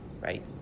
right